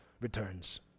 returns